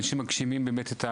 אנשים מגשימים באמת,